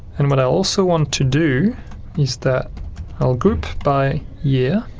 and what i also want to do is that i'll group by year